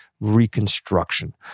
reconstruction